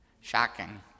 Shocking